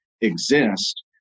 exist